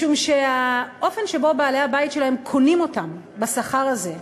משום שהאופן שבו בעלי-הבית שלהם קונים אותם בשכר הזה,